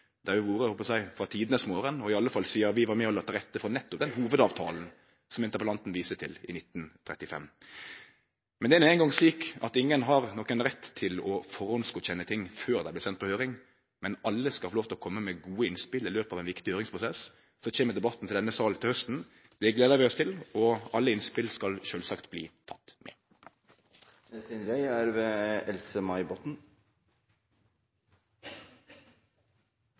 det har jo vore frå tidenes morgon, hadde eg nær sagt, og i alle fall sidan vi var med og la til rette for nettopp den hovudavtalen som interpellanten viste til, i 1935. Men det er no ein gong slik at ingen har nokon rett til å førehandsgodkjenne ting før dei blir sende på høyring, men alle skal få lov til å kome med gode innspel i løpet av ein viktig høyringsprosess. Så kjem debatten til denne salen til hausten – det gleder vi oss til – og alle innspela skal sjølvsagt bli tekne med. Det er en noe forkjølet Else-May Botten